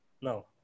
No